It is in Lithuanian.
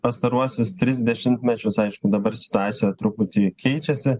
pastaruosius tris dešimtmečius aišku dabar situacija truputį keičiasi